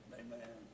amen